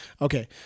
Okay